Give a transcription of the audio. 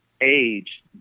age